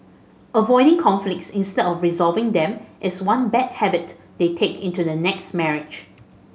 avoiding conflicts instead of resolving them is one bad habit they take into the next marriage